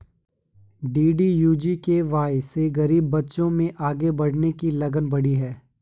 DDU GKY से गरीब बच्चों में आगे बढ़ने की लगन बढ़ी है